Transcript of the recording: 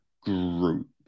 group